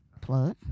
plug